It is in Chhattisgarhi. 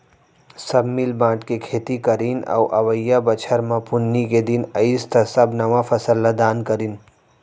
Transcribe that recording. सब मिल बांट के खेती करीन अउ अवइया बछर म पुन्नी के दिन अइस त सब नवा फसल ल दान करिन